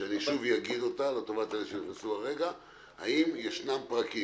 ואחזור עליה - האם יש פרקים,